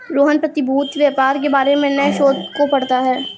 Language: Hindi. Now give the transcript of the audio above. रोहन प्रतिभूति व्यापार के बारे में नए शोध को पढ़ता है